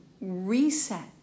reset